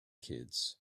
kids